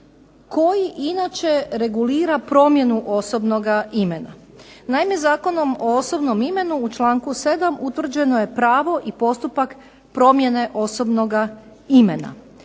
koji inače regulira promjenu osobnoga imena. Naime, Zakonom o osobnom imenu u članku 7. utvrđeno je pravo i postupak promjene osobnoga imena.